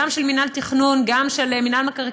גם של מינהל התכנון,